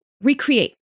recreate